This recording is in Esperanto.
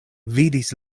vidis